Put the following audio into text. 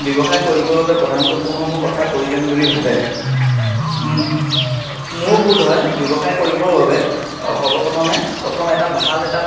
ব্যৱসায় কৰিবৰ বাবে প্ৰধানকৈ কোনসমূহ কথা প্ৰয়োজন বুলি ভাবে মো মোৰ বোধ হয় ব্যৱসায় কৰিবৰ বাবে সৰ্বপ্ৰথমে প্ৰথম এটা ভাল এটা